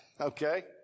Okay